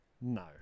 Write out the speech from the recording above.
No